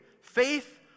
faith